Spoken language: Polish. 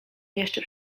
jeszcze